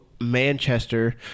Manchester